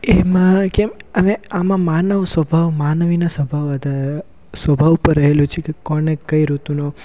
એમાં કે હવે આમાં માનવસ્વભાવ માનવીનો સ્વભાવ વધારે સ્વભાવ ઉપર રહેલું છે કે કોને કઈ ઋતુનો